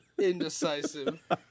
indecisive